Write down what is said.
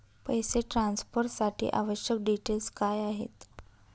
पैसे ट्रान्सफरसाठी आवश्यक डिटेल्स काय आहेत?